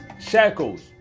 shackles